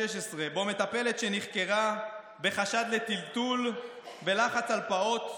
שבו מטפלת נחקרה בחשד לטלטול ולחץ על פעוט,